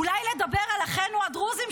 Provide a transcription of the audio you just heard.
אולי לדבר על אחינו הדרוזים,